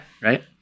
right